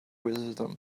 wisdom